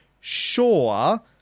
Sure